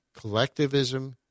Collectivism